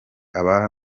abaha